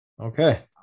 okay